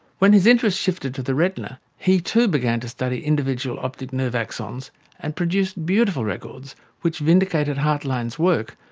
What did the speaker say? when his interest shifted to the retina he, too, began to study individual optic nerve axons and produced beautiful records which vindicated hartline's work,